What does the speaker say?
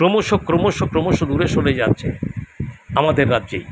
ক্রমশ ক্রমশ ক্রমশ দূরে সরে যাচ্ছে আমাদের রাজ্যেই